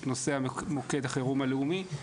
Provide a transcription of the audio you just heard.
את נושא מוקד החירום הלאומי,